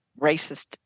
racist